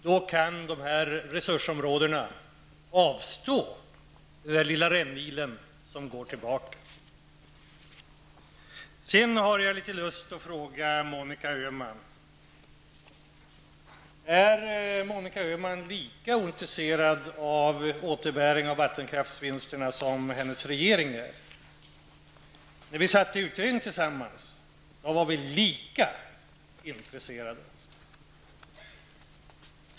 Då kan dessa resursområden avstå den lilla rännil som går tillbaka. Öhman lika ointresserad av återbäring av vattenkraftsvinsterna som hennes regering är? När vi satt tillsammans i utredningen var vi lika intresserade.